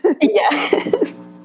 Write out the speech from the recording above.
Yes